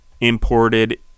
imported